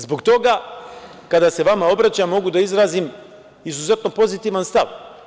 Zbog toga kada se vama obraćam, mogu da izrazim izuzetno pozitivan stav.